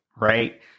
right